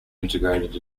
integrated